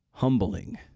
Humbling